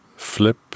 flip